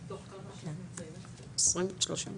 כן.